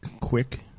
quick